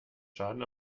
schaden